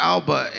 Alba